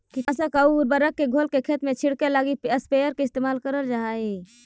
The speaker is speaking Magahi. कीटनाशक आउ उर्वरक के घोल खेत में छिड़ऽके लगी स्प्रेयर के इस्तेमाल करल जा हई